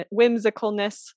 whimsicalness